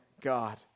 God